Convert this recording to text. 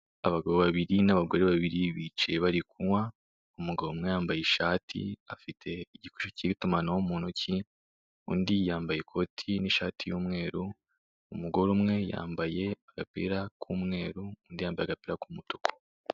Abagabo babiri n'abagore babiri bicaye bari kunywa. Umugabo umwe yambaye ishati, afite igikoresho cy'itumanaho mu ntoki, undi yambaye ikote n'ishati y'umweru. Umugore umwe yambaye agapira k'umweru, undi yambaye agapira k'umutuku.